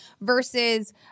versus